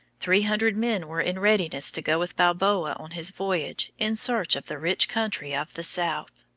three hundred men were in readiness to go with balboa on his voyage in search of the rich country of the south.